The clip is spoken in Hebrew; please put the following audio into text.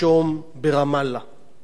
נפגשנו עם אבו מאזן.